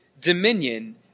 dominion